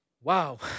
Wow